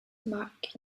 mark